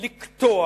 לקטוע